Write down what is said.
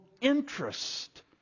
interest